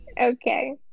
Okay